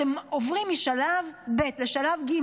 אתם עוברים משלב ב' לשלב ג',